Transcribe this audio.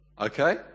okay